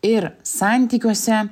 ir santykiuose